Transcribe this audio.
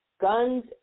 guns